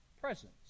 presence